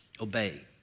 obey